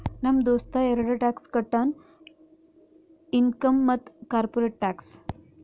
ನಮ್ ದೋಸ್ತ ಎರಡ ಟ್ಯಾಕ್ಸ್ ಕಟ್ತಾನ್ ಇನ್ಕಮ್ ಮತ್ತ ಕಾರ್ಪೊರೇಟ್ ಟ್ಯಾಕ್ಸ್